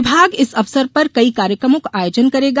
विभाग इस अवसर पर कई कार्यक्रमों का आयोजन करेगा